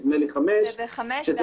נדמה לי,